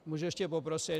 Můžu ještě poprosit?